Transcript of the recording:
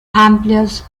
amplios